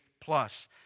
plus